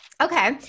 Okay